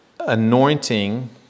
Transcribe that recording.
Anointing